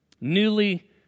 newly